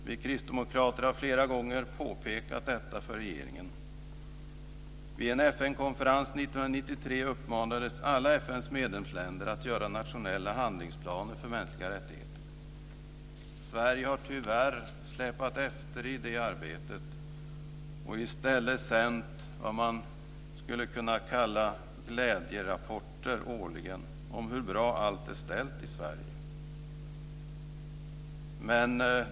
Vi kristdemokrater har flera gånger påpekat detta för regeringen. Vid en FN konferens 1993 uppmanades alla FN:s medlemsländer att göra nationella handlingsplaner för mänskliga rättigheter. Sverige har tyvärr släpat efter i det arbetet och i stället sänt årliga, vad man skulle kunna kalla, glädjerapporter om hur bra allt är ställt i Sverige.